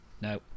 No